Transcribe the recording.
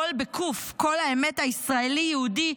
קול האמת הישראלי-יהודי,